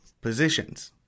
positions